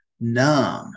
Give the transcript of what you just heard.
numb